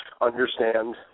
understand